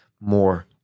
more